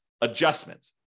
adjustment